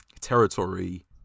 territory